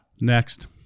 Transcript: Next